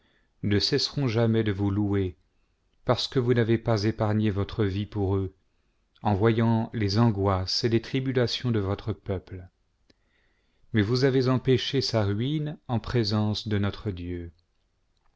ne cesseront jamais de vous louer parce que vous n'avez pas épargné votre vie pour eux en voyant les angoisses et les tribulations de votre peuple mais vous avez empêché sa ruine en présence de notre dieu